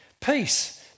Peace